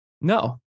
No